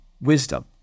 wisdom